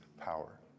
power